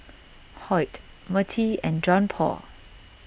Hoyt Mertie and Johnpaul